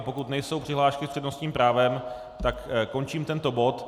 Pokud nejsou přihlášky s přednostním právem, tak končím tento bod.